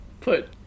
put